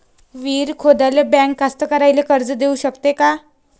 विहीर खोदाले बँक कास्तकाराइले कर्ज देऊ शकते का?